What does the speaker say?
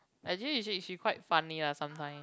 actually she she quite funny lah sometime